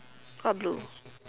what blue